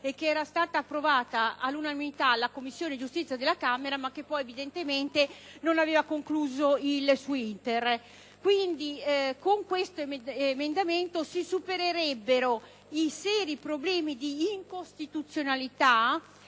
che è stata approvata all'unanimità dalla Commissione giustizia della Camera dei deputati, ma che poi evidentemente non ha concluso il suo *iter*. Quindi, con questo emendamento si supererebbero i seri problemi di incostituzionalità